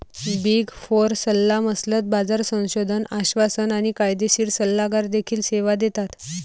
big four सल्लामसलत, बाजार संशोधन, आश्वासन आणि कायदेशीर सल्लागार देखील सेवा देतात